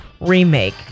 remake